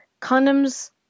condoms